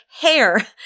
hair